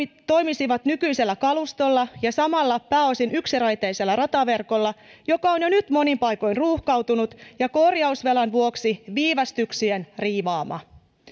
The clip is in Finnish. toimisivat nykyisellä kalustolla ja samalla pääosin yksiraiteisella rataverkolla joka on jo nyt monin paikoin ruuhkautunut ja korjausvelan vuoksi viivästyksien riivaama